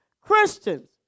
Christians